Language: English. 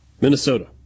Minnesota